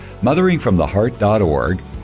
motheringfromtheheart.org